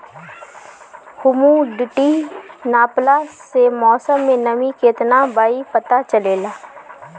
humidity नापला से मौसम में नमी केतना बा इ पता चलेला